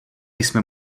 jsme